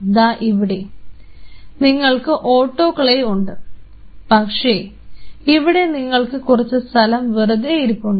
ദാ ഇവിടെ നിങ്ങൾക്ക് ഓട്ടോക്ലേവ് ഉണ്ട് പക്ഷേ ഇവിടെ നിങ്ങൾക്ക് കുറച്ച് സ്ഥലം വെറുതെ ഇരിപ്പുണ്ട്